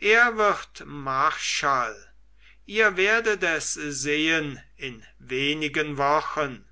er wird marschall ihr werdet es sehen in wenigen wochen